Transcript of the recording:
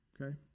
okay